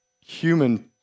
human